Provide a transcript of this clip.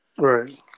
Right